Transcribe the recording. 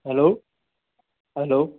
hello hello